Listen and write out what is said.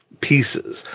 pieces